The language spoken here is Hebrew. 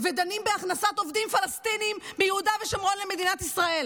ודנים בהכנסת עובדים פלסטינים מיהודה ושומרון למדינת ישראל,